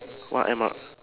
what M R